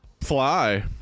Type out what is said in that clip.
fly